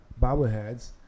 bobbleheads